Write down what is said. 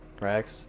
Rex